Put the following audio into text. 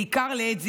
בעיקר לעת זקנה.